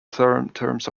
terms